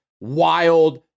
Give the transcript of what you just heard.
wild